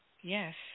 Yes